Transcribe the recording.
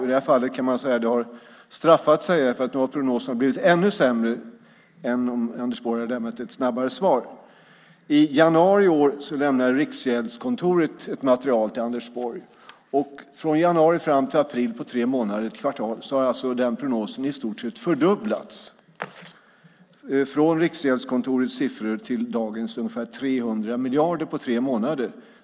I det här fallet kan man säga att det straffat sig för nu har prognoserna blivit ännu sämre än om Anders Borg hade lämnat ett snabbare svar. I januari i år lämnade Riksgäldskontoret ett material till Anders Borg. Från januari fram till april, på tre månader, ett kvartal, har prognosen i stort sett fördubblats - från Riksgäldskontorets siffror till dagens ungefär 300 miljarder på tre månader.